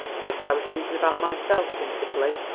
guess i was thinking about myself principally,